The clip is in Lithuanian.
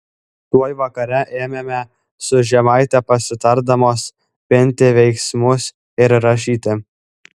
tuoj vakare ėmėme su žemaite pasitardamos pinti veiksmus ir rašyti